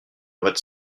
votre